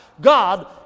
God